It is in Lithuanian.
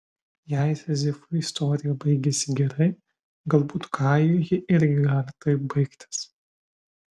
jei sizifui istorija baigėsi gerai galbūt kajui ji irgi gali taip baigtis